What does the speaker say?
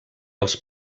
els